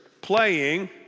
playing